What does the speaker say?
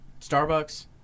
Starbucks